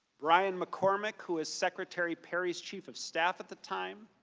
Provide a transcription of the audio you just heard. brian mccormack who is secretary perry's chief of staff at the time.